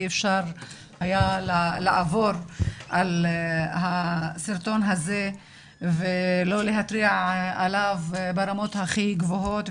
אי אפשר היה לעבור על הסרטון הזה ולא להתריע עליו ברמות הכי גבוהות,